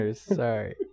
Sorry